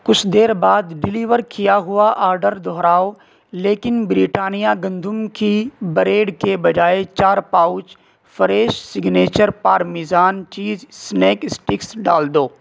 کچھ دیر بعد ڈیلیور کیا ہوا آڈر دہراؤ لیکن بریٹانیہ گندم کی بریڈ کے بجائے چار pouch fresh signature parmesan cheese snack sticks ڈال دو